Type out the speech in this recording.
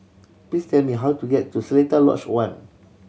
please tell me how to get to Seletar Lodge One